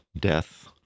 death